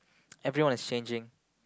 everyone is changing